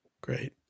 Great